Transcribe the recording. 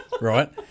right